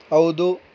ಹೌದು